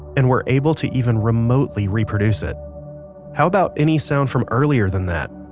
and were able to even remotely reproduce it how about any sound from earlier than that.